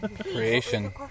creation